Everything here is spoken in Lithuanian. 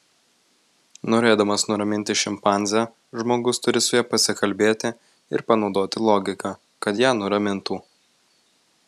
norėdamas nuraminti šimpanzę žmogus turi su ja pasikalbėti ir panaudoti logiką kad ją nuramintų